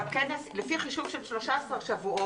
לפי חישוב של 13 שבועות,